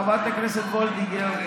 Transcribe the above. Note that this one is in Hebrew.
חברת הכנסת וולדיגר,